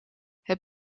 het